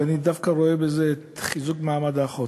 ואני דווקא רואה בזה את חיזוק מעמד האחות.